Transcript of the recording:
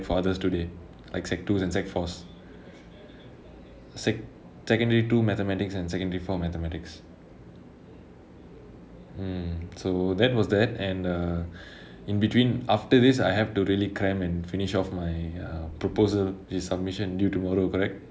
for all those today like secondary two and secondary fours secondary secondary two mathematics and secondary four mathematics mm so that was that and err in between after this I have to really cram and finish off my err proposal resubmission due tomorrow correct